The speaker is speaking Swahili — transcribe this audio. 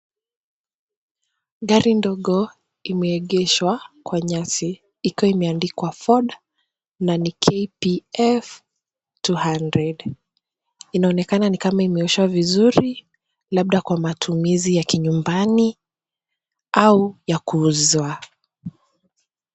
Gari ndogo, imeeegeshwa kwa nyasi kiwa imeandikwa Ford na ni KPF 200. Inaonekana nikama imeoshwa vizuri labda kwa matumizi ya kinyumbani au kuuzwa.